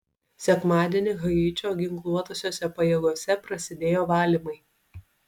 sekmadienį haičio ginkluotosiose pajėgose prasidėjo valymai